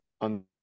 on